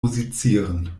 musizieren